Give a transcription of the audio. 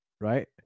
right